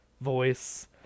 voice